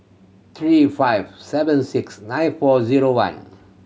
three five seven six nine four zero one